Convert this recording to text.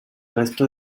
resto